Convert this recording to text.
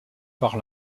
par